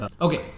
Okay